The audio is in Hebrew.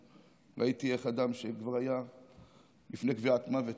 ראיתי איך אדם שכבר היה לפני קביעת מוות